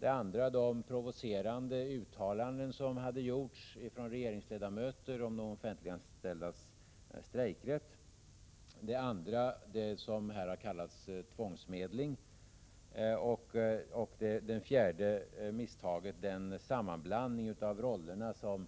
Det andra var de provocerande uttalanden som gjordes av regeringsledamöter om de offentliganställdas strejkrätt. Det tredje har här kallats tvångsmedling, och det fjärde misstaget var den sammanblandning av rollerna som